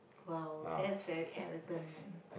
!wow! that's very arrogant man